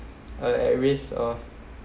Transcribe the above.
uh at risk of